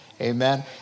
Amen